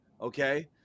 Okay